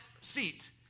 seat